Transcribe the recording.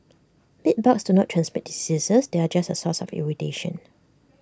bedbugs do not transmit diseases they are just A source of irritation